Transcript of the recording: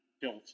built